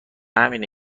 همینه